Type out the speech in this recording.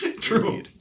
True